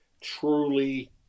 truly